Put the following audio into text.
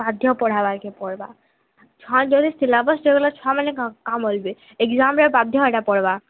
ବାଧ୍ୟ ପଢ଼ାବାକେ ପଡ଼ବା ଛୁଆ ଜଦି ସିଲାବସ୍ ଜଗଲେ ଛୁଆମାନେ କାଁ ବଲବେ ଏଗଜାମ୍ରେ ବାଧ୍ୟ ହେଟା ପଡ଼ବା